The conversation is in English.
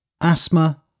asthma